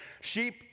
Sheep